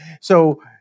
So-